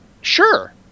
Sure